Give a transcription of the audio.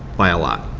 by a lot.